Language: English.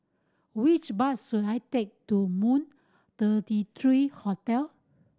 which bus should I take to Moon thirty three Hotel